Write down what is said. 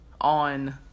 on